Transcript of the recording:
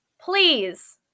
Please